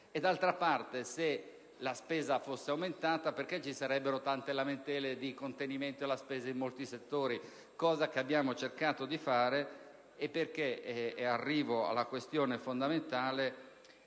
D'altra parte, se la spesa fosse aumentata, perché ci sarebbero tante lamentele in ordine al contenimento della spesa in molti settori? Cosa, d'altronde, che abbiamo cercato di fare. Ed arrivo alla questione fondamentale: